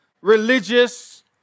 religious